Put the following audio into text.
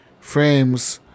frames